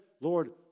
Lord